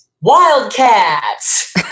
Wildcats